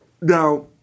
Now